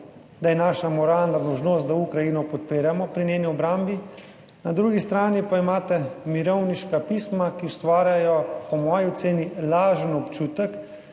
da je naša moralna dolžnost, da Ukrajino podpiramo pri njeni obrambi, na drugi strani pa imate mirovniška pisma, ki ustvarjajo, po moji oceni, lažen občutek,